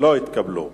לא התקבלה.